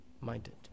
minded